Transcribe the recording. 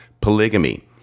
polygamy